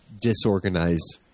disorganized